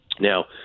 Now